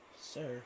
Sir